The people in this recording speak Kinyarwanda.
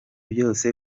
byose